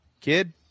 kid